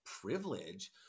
privilege